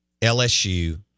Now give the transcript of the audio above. LSU